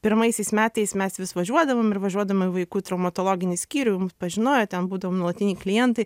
pirmaisiais metais mes vis važiuodavom ir važiuodavom į vaikų traumatologinį skyrių jau mus pažinojo ten būdavom nuolatiniai klientai